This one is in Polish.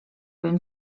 bym